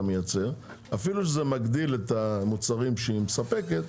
מייצר אפילו שזה מגדיל את המוצרים שהיא מספקת,